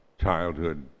childhood